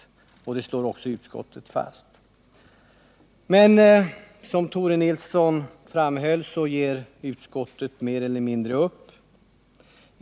Detta slår utskottet fast, men som Tore Nilsson framhöll ger utskottet därefter mer eller mindre upp.